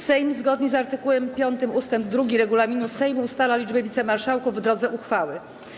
Sejm, zgodnie z art. 5 ust. 2 regulaminu Sejmu, ustala liczbę wicemarszałków w drodze uchwały.